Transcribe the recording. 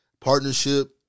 partnership